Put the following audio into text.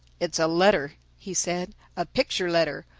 it's a letter, he said a picture letter.